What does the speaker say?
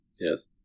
Yes